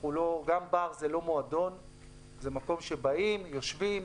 אלו מקומות שבאים, יושבים,